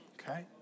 Okay